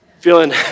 Feeling